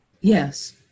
yes